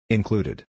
Included